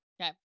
Okay